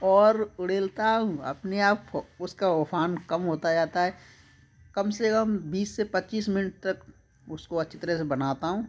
और उड़ेलता हूँ अपने आपको उसका उफान कम होता जाता है कम से कम बीस से पच्चीस मिनट तक उसको अच्छी तरह से बनाता हूँ